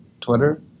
Twitter